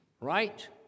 Right